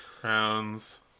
Crowns